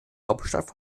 hauptstadt